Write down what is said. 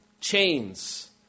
chains